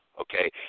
Okay